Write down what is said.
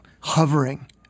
hovering